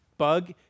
Bug